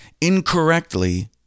incorrectly